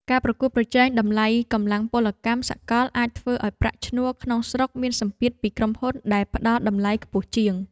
ការប្រកួតប្រជែងតម្លៃកម្លាំងពលកម្មសកលអាចធ្វើឱ្យប្រាក់ឈ្នួលក្នុងស្រុកមានសម្ពាធពីក្រុមហ៊ុនដែលផ្តល់តម្លៃខ្ពស់ជាង។